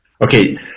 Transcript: Okay